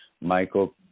Michael